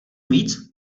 víc